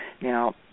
Now